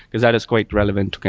because that is quite relevant,